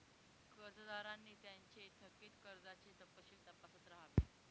कर्जदारांनी त्यांचे थकित कर्जाचे तपशील तपासत राहावे